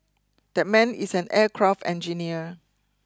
that man is an aircraft engineer